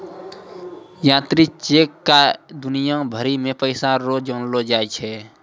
यात्री चेक क दुनिया भरी मे पैसा रो जानलो जाय छै